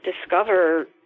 discover